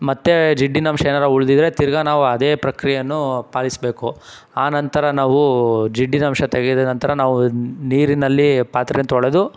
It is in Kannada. ಮತ್ತೆ ಜಿಡ್ಡಿನ ಅಂಶ ಏನಾರು ಉಳಿದಿದ್ರೆ ತಿರ್ಗಿ ನಾವು ಅದೇ ಪ್ರಕಿಯೆಯನ್ನು ಪಾಲಿಸಬೇಕು ಆ ನಂತರ ನಾವು ಜಿಡ್ಡಿನ ಅಂಶ ತೆಗೆದ ನಂತರ ನಾವು ನೀರಿನಲ್ಲಿ ಪಾತ್ರೆ ತೊಳೆದು